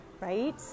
right